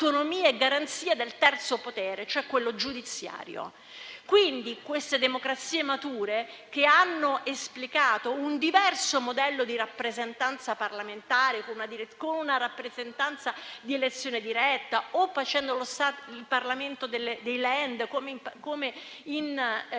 queste democrazie mature, che hanno esplicato un diverso modello di rappresentanza parlamentare, con una rappresentanza di elezione diretta o facendo il Parlamento dei *Lander*, un po'